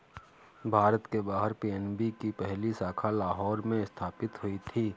भारत के बाहर पी.एन.बी की पहली शाखा लाहौर में स्थापित हुई थी